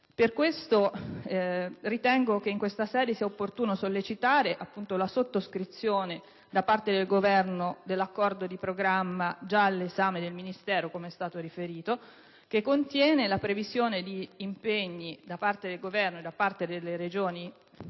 ragione, ritengo che in questa sede sia opportuno sollecitare la sottoscrizione da parte del Governo dell'accordo di programma già all'esame del Ministero (come è stato riferito), che contiene la previsione di impegni da parte del Governo e delle Regioni